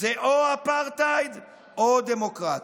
זה או אפרטהייד או דמוקרטיה.